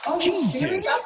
Jesus